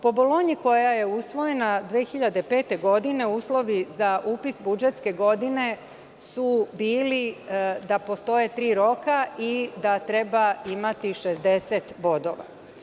Po „Bolonji“, koja je usvojena 2005. godine, uslovi za upis budžetske godine su bili da postoje tri roka i da treba imati 60 bodova.